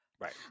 Right